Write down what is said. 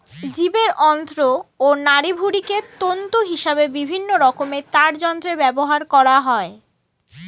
জীবের অন্ত্র ও নাড়িভুঁড়িকে তন্তু হিসেবে বিভিন্ন রকমের তারযন্ত্রে ব্যবহার করা হয়